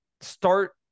start